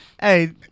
hey